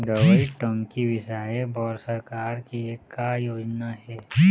दवई टंकी बिसाए बर सरकार के का योजना हे?